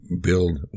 build